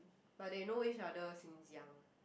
but they know each other since young